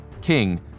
King